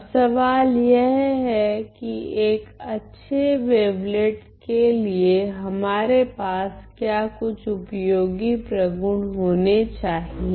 अब सवाल यह है कि एक अच्छे वेवलेटस के लिए हमारे पास क्या कुछ उपयोगी प्रगुण होने चाहिए